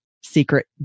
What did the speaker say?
secret